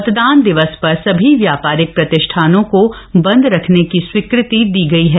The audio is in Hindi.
मतदान दिवस पर सभी व्यापारिक प्रतिष्ठानों को बंद रखने की स्वीकृति दी गयी है